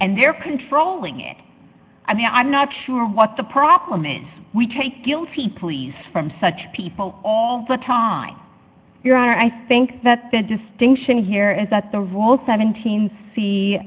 and there controlling it i mean i'm not sure what the problem is we take guilty pleas from such people all the time your honor i think that the distinction here is that the rule seventeen